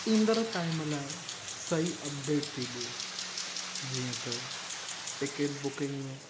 ईंदड़ टाइम लाइ सही अपडेट थी ॾे जीअं त टिकिट बुकिंग में